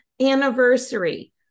anniversary